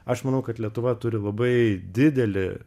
aš manau kad lietuva turi labai didelį